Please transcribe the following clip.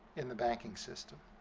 in the banking system.